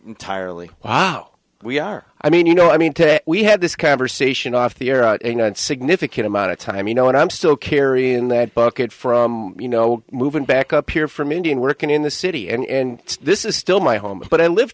entirely oh we are i mean you know i mean we had this conversation off the air a significant amount of time you know and i'm still carrying that bucket from you know moving back up here from indian working in the city and this is still my home but i live